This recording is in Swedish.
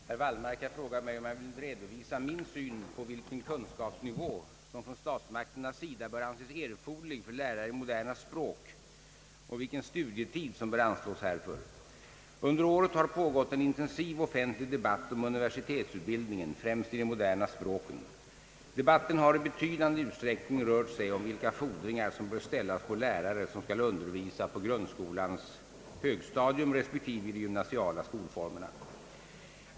Herr talman! Herr Wallmark har frågat mig, om jag vill redovisa min syn på vilken kunskapsnivå som från statsmakternas sida bör anses erforderlig för lärare i moderna språk och vilken studietid som bör anslås härför. Under året har pågått en intensiv offentlig debatt om universitetsutbildningen främst i de moderna språken. Debatten har i betydande utsträckning rört sig om vilka fordringar som bör ställas på lärare som skall undervisa på grundskolans högstadium resp. i de gymnasiala skolformerna.